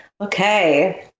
Okay